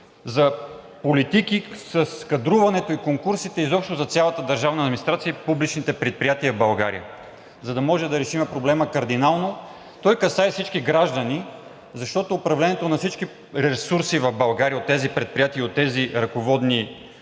за политики с кадруването и конкурсите изобщо за цялата държавна администрация и публичните предприятия в България, за да можем да решим проблема кардинално. Той касае всички граждани, защото управлението на всички ресурси в България от тези предприятия и от тези ръководни държавни